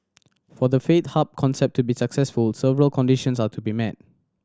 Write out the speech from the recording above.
for the faith hub concept to be successful several conditions all to be met